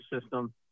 system